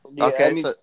Okay